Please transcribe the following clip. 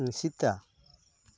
ᱥᱮᱛᱟ